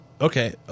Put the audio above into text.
Okay